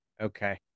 Okay